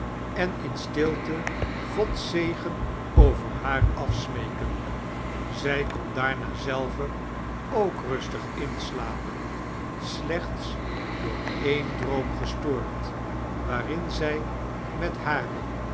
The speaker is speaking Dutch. en in stilte gods zegen over haar afsmeken zij kon daarna zelve ook rustig inslapen slechts door een droom gestoord waarin zij met hare